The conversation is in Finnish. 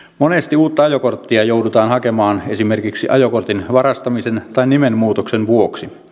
monesti uutta ajokorttia joudutaan hakemaan esimerkiksi ajokortin varastamisen tai nimenmuutoksen vuoksi